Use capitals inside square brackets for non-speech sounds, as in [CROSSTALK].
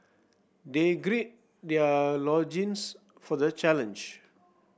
they grey their [UNINTELLIGIBLE] for the challenge